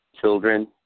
children